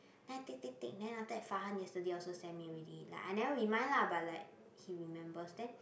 then I tick tick tick then after that Farhan yesterday also send me already like I never remind lah but like he remembers then